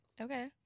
okay